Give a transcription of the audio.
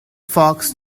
fox